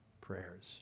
prayers